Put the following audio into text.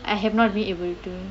I have not been able to